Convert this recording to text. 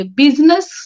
business